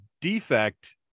defect